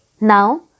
Now